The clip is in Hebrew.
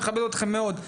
אני מכבד אתכם מאוד,